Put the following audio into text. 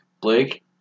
Blake